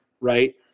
Right